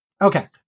Okay